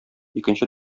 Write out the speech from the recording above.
икенче